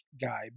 guy